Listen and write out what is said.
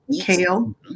kale